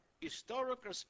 historical